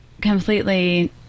completely